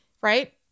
right